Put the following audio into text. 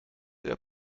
der